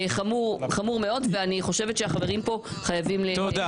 אני ממש חמור מאוד ואני חושבת שהחברים פה חייבים --- תודה.